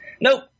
Nope